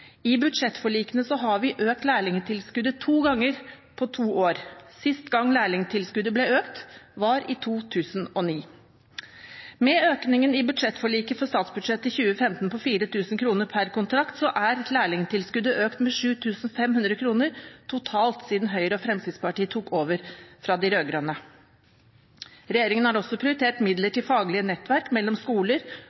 I budsjettforlikene har vi økt lærlingtilskuddet to ganger på to år. Sist gang lærlingtilskuddet ble økt, var i 2009. Med økningen i budsjettforliket fra statsbudsjettet for 2015 på 4 000 kr per kontrakt er lærlingtilskuddet økt med 7 500 kr totalt siden Høyre og Fremskrittspartiet tok over etter de rød-grønne. Regjeringen har også prioritert midler til faglige nettverk mellom skoler